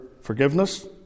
forgiveness